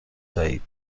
دهید